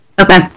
Okay